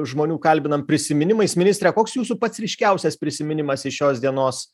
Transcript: žmonių kalbinam prisiminimais ministre koks jūsų pats ryškiausias prisiminimas iš šios dienos